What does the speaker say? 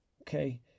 okay